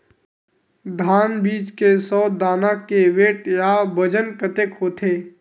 धान बीज के सौ दाना के वेट या बजन कतके होथे?